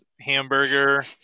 hamburger